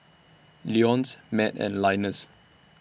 Leonce Matt and Linus